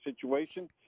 situation